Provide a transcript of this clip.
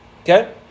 Okay